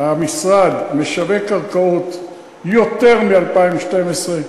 המשרד משווק קרקעות יותר מב-2012,